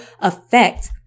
Affect